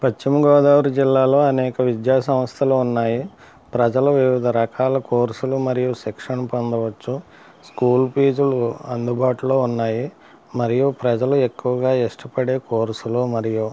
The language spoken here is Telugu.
పశ్చిమ గోదావరి జిల్లాలో అనేక విద్యా సంస్థలు ఉన్నాయి ప్రజలు వివిధ రకాల కోర్సులు మరియు శిక్షణ పొందవచ్చు స్కూల్ ఫీజులు అందుబాటులో ఉన్నాయి మరియు ప్రజలు ఎక్కువగా ఇష్టపడే కోర్సులు మరియు